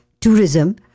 tourism